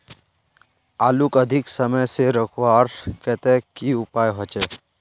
आलूक अधिक समय से रखवार केते की उपाय होचे?